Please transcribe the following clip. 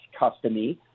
customy